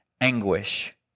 anguish